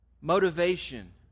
motivation